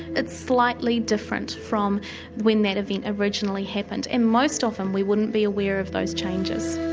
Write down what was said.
it's slightly different from when that event originally happened. in most of them we wouldn't be aware of those changes